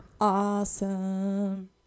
Awesome